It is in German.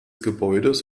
gebäudes